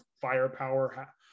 firepower